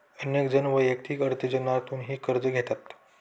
अनेक जण वैयक्तिक अर्थार्जनातूनही कर्ज घेतात